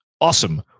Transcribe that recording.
awesome